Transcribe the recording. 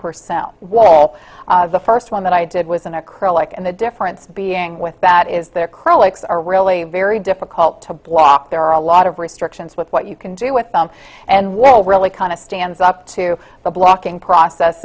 percent what all the first one that i did was an acrylic and the difference being with that is there critics are really very difficult to block there are a lot of restrictions with what you can do with them and well really kind of stands up to the blocking process